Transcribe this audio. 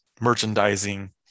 merchandising